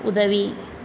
உதவி